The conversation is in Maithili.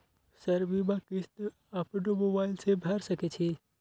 सर बीमा किस्त अपनो मोबाईल से भर सके छी?